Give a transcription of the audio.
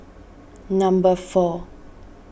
number four